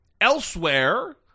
elsewhere